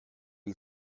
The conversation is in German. die